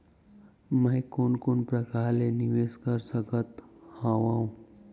मैं कोन कोन प्रकार ले निवेश कर सकत हओं?